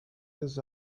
his